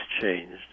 changed